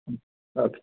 okay